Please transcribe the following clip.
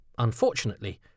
Unfortunately